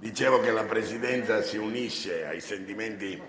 registrato. La Presidenza si unisce ai sentimenti